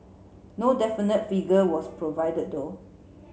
no definite figure was provided though